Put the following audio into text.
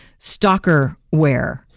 stalkerware